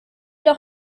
doch